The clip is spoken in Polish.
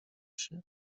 się